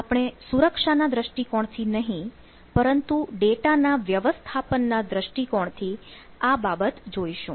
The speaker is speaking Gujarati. આપણે સુરક્ષાના દ્રષ્ટિકોણથી નહીં પરંતુ ડેટા ના વ્યવસ્થાપન ના દ્રષ્ટિકોણ થી આ બાબત જોઈશું